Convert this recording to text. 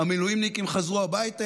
המילואימניקים חזרו הביתה?